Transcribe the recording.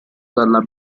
dalla